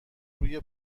روی